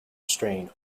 strain